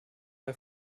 bei